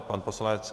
Pan poslanec?